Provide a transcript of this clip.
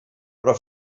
però